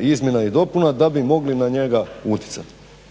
izmjena i dopuna da bi mogli na njega utjecati.